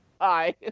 hi